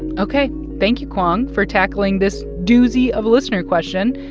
and ok. thank you, kwong, for tackling this doozy of a listener question.